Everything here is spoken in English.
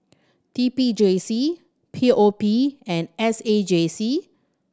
T P J C P O P and S A J C